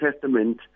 Testament